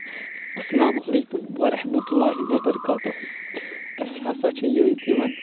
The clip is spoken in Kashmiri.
السلام عليكم ورحمة الله وبركاته اسہِ ہسا چھِ یٲتۍ یِوان